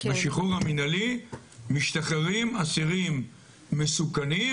בשחרור המנהלי משתחררים אסירים מסוכנים